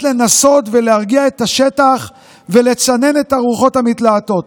לנסות להרגיע את השטח ולצנן את הרוחות המתלהטות.